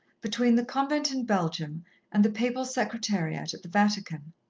between the convent in belgium and the papal secretariat at the vatican.